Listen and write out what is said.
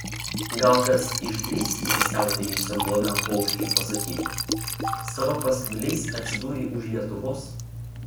gal kas išdrįs įsisiautėjusiam blogam paukščiui pasakyti savo paskviliais atsidūrei už lietuvos